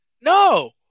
No